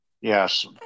yes